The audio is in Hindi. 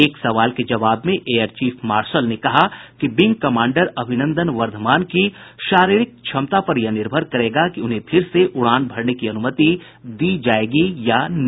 एक सवाल के जवाब में एयर चीफ मार्शल ने कहा कि विंग कमांडर अभिनंदन वर्धमान की शारीरिक क्षमता पर यह निर्भर करेगा कि उन्हें फिर से उड़ान भरने की अनुमति दी जायेगी या नहीं